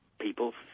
people